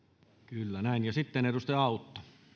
kyllä näin ja sitten edustaja autto